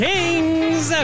Kings